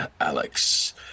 Alex